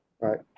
right